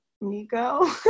Nico